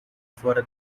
fora